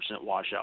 washout